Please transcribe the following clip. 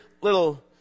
little